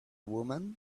woman